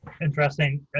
interesting